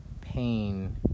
pain